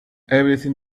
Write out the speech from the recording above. everything